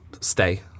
stay